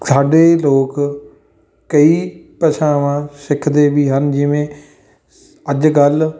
ਸਾਡੇ ਲੋਕ ਕਈ ਭਾਸ਼ਾਵਾਂ ਸਿੱਖਦੇ ਵੀ ਹਨ ਜਿਵੇਂ ਅੱਜ ਕੱਲ੍ਹ